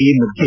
ಈ ಮಧ್ಯೆ